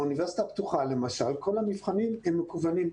באוניברסיטה הפתוחה למשל כל המבחנים הם מקוונים.